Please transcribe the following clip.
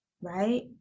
right